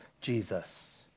Jesus